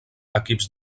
equips